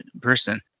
person